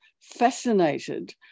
fascinated